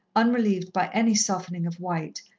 unrelieved by any softening of white,